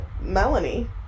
Melanie